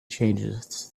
changes